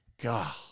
God